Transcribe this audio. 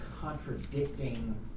contradicting